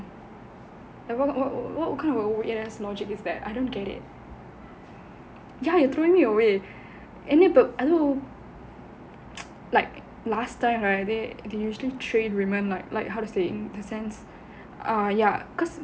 like what what kind of weird ass logic is that I don't get it ya you are you are throwing me away I don't know like last time right they they usually trade women like like how to say err ya